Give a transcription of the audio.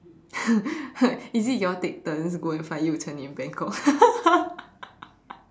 is it you all take turns go and find Yu-Chen in Bangkok